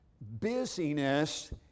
busyness